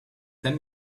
ten